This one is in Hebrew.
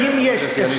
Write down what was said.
תקשיב לי.